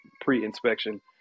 pre-inspection